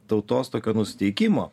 tautos tokio nusiteikimo